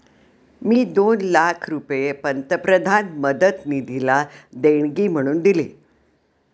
मी दोन लाख रुपये पंतप्रधान मदत निधीला देणगी म्हणून दिले